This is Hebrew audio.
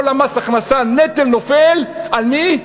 כל מס ההכנסה, הנטל נופל, על מי?